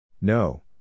No